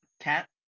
Cat